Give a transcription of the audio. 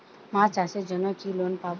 মাছ চাষের জন্য কি লোন পাব?